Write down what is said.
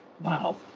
Wow